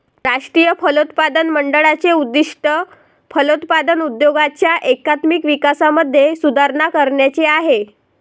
राष्ट्रीय फलोत्पादन मंडळाचे उद्दिष्ट फलोत्पादन उद्योगाच्या एकात्मिक विकासामध्ये सुधारणा करण्याचे आहे